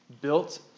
built